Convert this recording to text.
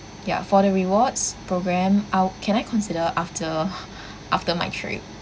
ya for the rewards programme I'll can I consider after after my trip